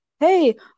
Hey